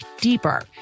deeper